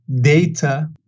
data